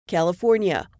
California